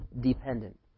dependent